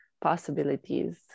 possibilities